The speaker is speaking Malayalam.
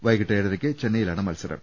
വൈകീട്ട് ഏഴരക്ക് ചെന്നെയിലാണ് മത്സരം